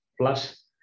plus